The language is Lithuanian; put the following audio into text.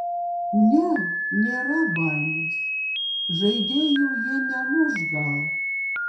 ne nėra baimės žaidėjų jie nemuš gal